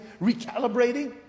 recalibrating